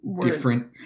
different